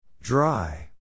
Dry